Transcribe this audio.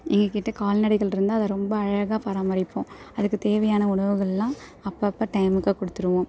எங்ககிட்ட கால்நடைகள் இருந்தால் அதை ரொம்ப அழகாக பராமரிப்போம் அதுக்கு தேவையான உணவுக்களெலாம் அப்பப்போ டைமுக்கு கொடுத்துருவோம்